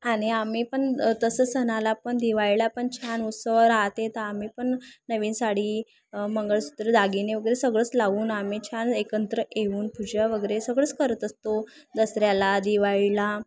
आणि आम्ही पण तसं सणाला पण दिवाळीला पण छान उत्सव राहते तर आम्ही पण नवीन साडी मंगळसूत्र दागिने वगैरे सगळंच लावून आम्ही छान एकत्र येऊन पूजा वगैरे सगळंच करत असतो दसऱ्याला जिवाळीला